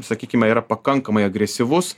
sakykime yra pakankamai agresyvus